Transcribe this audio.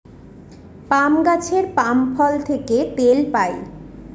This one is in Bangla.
পাম গাছের পাম ফল থেকে তেল পাই